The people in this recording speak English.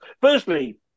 Firstly